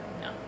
no